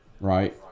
right